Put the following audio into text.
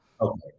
okay